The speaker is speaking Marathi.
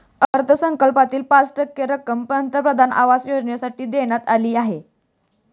अर्थसंकल्पातील पाच टक्के रक्कम पंतप्रधान आवास योजनेसाठी देण्यात आली आहे